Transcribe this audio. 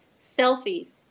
Selfies